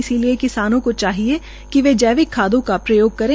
इस लिए किसानों के चाहिए कि वे जैविक खादों का प्रयोग करें